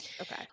Okay